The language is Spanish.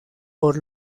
por